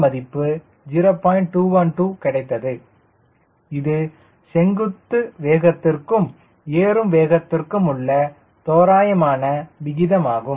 212 கிடைத்தது இது செங்குத்து வேகத்திற்கும் ஏறும் வேகத்திற்கும் உள்ள தோராயமான விகிதம் ஆகும்